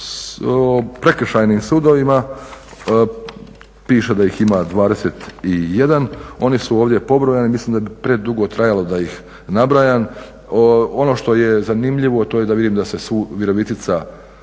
o prekršajnim sudovima, piše da ih ima 21, oni su ovdje pobrojani, mislim da bi predugo trajalo da ih nabrajam. Ono što je zanimljivo, to je da vidim da se Virovitica,